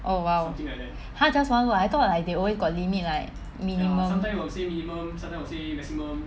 oh !wow! !huh! just one word ah I thought like they always got limit like minimum